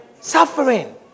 Suffering